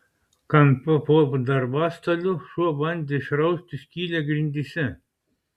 kampe po darbastaliu šuo bandė išrausti skylę grindyse